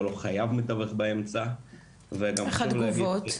הוא לא חייב מתווך באמצע --- איך התגובות?